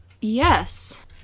Yes